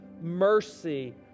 mercy